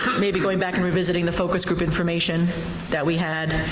maybe going back and revisiting the focus group information that we had.